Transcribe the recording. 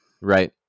Right